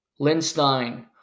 Lindstein